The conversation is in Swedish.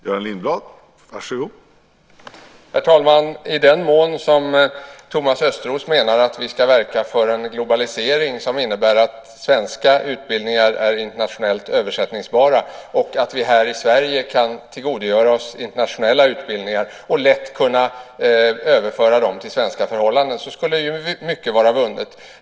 Herr talman! I den mån som Thomas Östros menar att vi ska verka för en globalisering som innebär att svenska utbildningar är internationellt översättningsbara och att vi här i Sverige kan tillgodogöra oss internationella utbildningar och lätt överföra dem till svenska förhållanden skulle mycket vara vunnet.